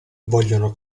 vogliono